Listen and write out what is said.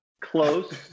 close